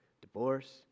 divorce